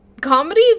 comedy